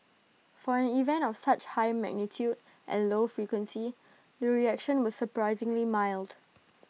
for an event of such high magnitude and low frequency the reaction was surprisingly mild